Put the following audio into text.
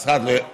המשרד לא,